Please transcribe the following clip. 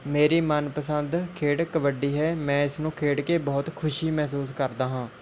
ਮੇਰੀ ਮਨਪਸੰਦ ਖੇਡ ਕਬੱਡੀ ਹੈ ਮੈਂ ਇਸ ਨੂੰ ਖੇਡ ਕੇ ਬਹੁਤ ਖੁਸ਼ੀ ਮਹਿਸੂਸ ਕਰਦਾ ਹਾਂ